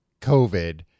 covid